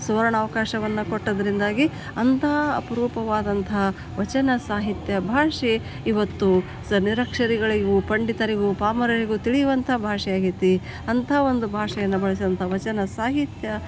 ಸುವರ್ಣ ಅವಕಾಶವನ್ನ ಕೊಟ್ಟಿದ್ರಿಂದಾಗಿ ಅಂಥ ಅಪರೂಪವಾದಂತಹ ವಚನ ಸಾಹಿತ್ಯ ಭಾಷೆ ಇವತ್ತು ಸ ನಿರಕ್ಷರಿಗಳಿಗೂ ಪಂಡಿತರಿಗೂ ಪಾಮರರಿಗೂ ತಿಳಿಯುವಂಥ ಬಾಷೆ ಆಗೈತಿ ಅಂಥ ಒಂದು ಭಾಷೆಯನ್ನು ಬಳಸಿದಂಥ ವಚನ ಸಾಹಿತ್ಯ